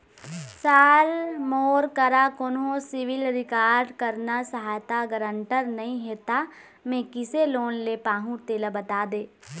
sir मोर करा कोन्हो सिविल रिकॉर्ड करना सहायता गारंटर नई हे ता मे किसे लोन ले पाहुं तेला बता दे